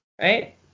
Right